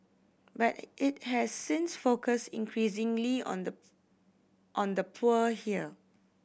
but it has since focus increasingly on the on the poor here